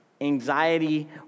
Anxiety